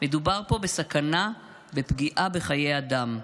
מדובר פה בסכנה ובפגיעה בחיי אדם.